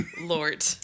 Lord